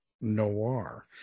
Noir